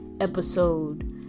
episode